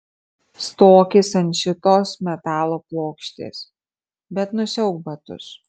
stokis ant šitos metalo plokštės bet nusiauk batus